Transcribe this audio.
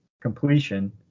completion